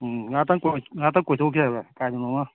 ꯎꯝ ꯉꯥꯏꯍꯥꯛ ꯉꯥꯏꯍꯥꯛꯇꯪ ꯀꯣꯏꯊꯣꯛꯎꯁꯦ ꯍꯥꯏꯕ꯭ꯔꯣ ꯀꯥꯏꯗꯅꯣ ꯑꯃ